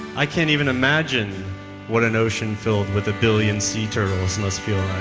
i can't even imagine what an ocean filled with a billion sea turtles must feel